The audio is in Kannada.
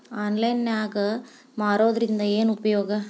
ಆನ್ಲೈನ್ ನಾಗ್ ಮಾರೋದ್ರಿಂದ ಏನು ಉಪಯೋಗ?